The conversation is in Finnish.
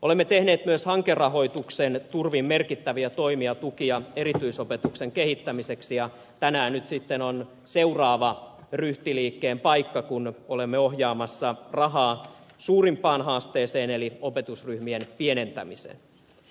olemme tehneet myös hankerahoituksen turvin merkittäviä toimia tuki ja erityisopetuksen kehittämiseksi ja tänään nyt sitten on seuraavan ryhtiliikkeen paikka kun olemme ohjaamassa rahaa suurimpaan haasteeseen eli opetusryhmien pienentämiseen